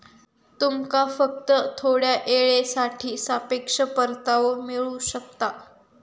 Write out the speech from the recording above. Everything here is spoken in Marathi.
तुमका फक्त थोड्या येळेसाठी सापेक्ष परतावो मिळू शकता